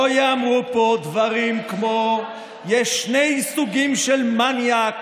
לא ייאמרו פה דברים כמו "יש שני סוגים של מניאק,